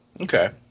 Okay